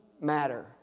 matter